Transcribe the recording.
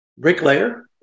Bricklayer